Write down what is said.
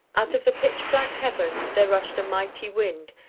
out of the pitch-black heaven there rushed a mighty wind,